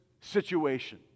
situation